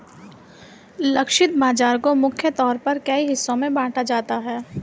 लक्षित बाजार को मुख्य तौर पर कई हिस्सों में बांटा जाता है